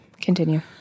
Continue